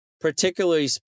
particularly